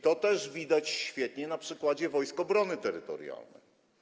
To widać świetnie na przykładzie Wojsk Obrony Terytorialnej.